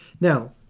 Now